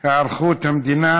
היערכות המדינה